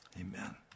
Amen